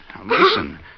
Listen